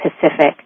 Pacific